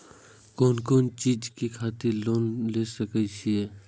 कोन कोन चीज के खातिर लोन ले सके छिए?